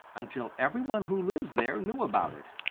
until every one who lives there knew about it.